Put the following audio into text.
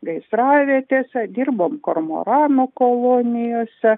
gaisravietėse dirbom kormoranų kolonijose